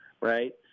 right